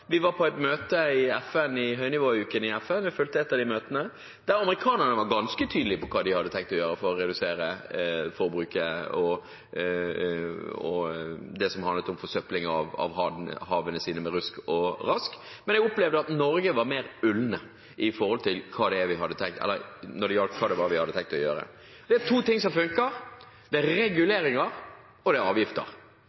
Vi var på høynivåuken i FN og fulgte ett av de møtene. Amerikanerne var ganske tydelige på hva de hadde tenkt å gjøre for å redusere forbruket og forsøplingen av havet med rusk og rask. Men jeg opplevde at Norge var mer ullen om hva vi hadde tenkt å gjøre. Det er to ting som funker. Det er reguleringer, og det er avgifter. Jeg ser ikke at regjeringen er villig til å bruke noe av det, ei heller svare positivt når det